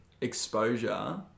exposure